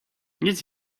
nic